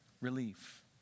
Relief